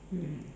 mm